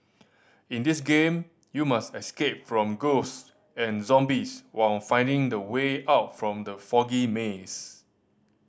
in this game you must escape from ghost and zombies while finding the way out from the foggy maze